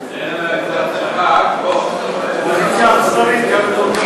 מסדר-היום את הצעת חוק הביטוח הלאומי (תיקון,